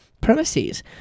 premises